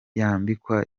yambikwa